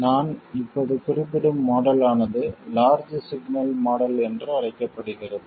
நான் இப்போது குறிப்பிடும் மாடல் ஆனது லார்ஜ் சிக்னல் மாடல் என்று அழைக்கப்படுகிறது